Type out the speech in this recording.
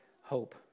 hope